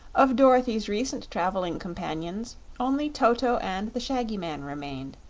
of dorothy's recent traveling companions only toto and the shaggy man remained,